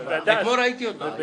ואולי הוועדה חושבת שזה רלוונטי.